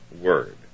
word